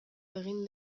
egin